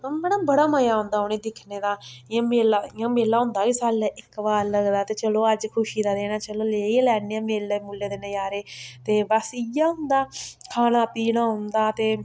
बड़ा मजा औंदा उ'नें दिक्खने दा इ'यां मेला इ'यां मेला होंदा गै सालै दा इक बारी लगदा ते चलो अज्ज खुशी दा दिन ऐ चलो लेई गै लैन्ने आं मेले मुले दे नजारे ते बस इ'यै होंदा खाना पीना होंदा ते